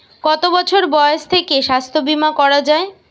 কত বছর বয়স থেকে স্বাস্থ্যবীমা করা য়ায়?